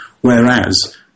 Whereas